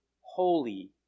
holy